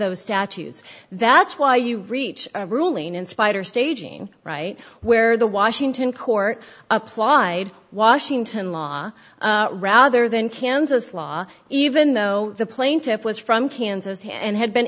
those statues that's why you reach a ruling in spider staging right where the washington court applied washington law rather than kansas law even though the plaintiff was from kansas here and had been